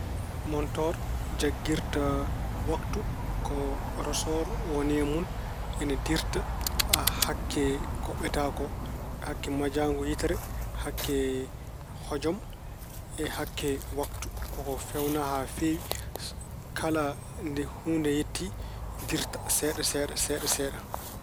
Montoor jaggirta waktu ko rosoor woni e mun ene ndirta hakke ko ɓeta ko, hakke majaango yitere, hakke hojom, e hakke waktu. Ko ko feewna haa feewi, kala nde huunde yetti ndirta seeɗa seeɗa.